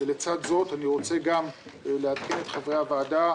לצד זאת, אני רוצה גם לעדכן את חברי הוועדה.